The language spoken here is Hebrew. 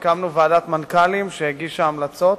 הקמנו ועדת מנכ"לים והיא הגישה המלצות.